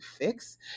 fix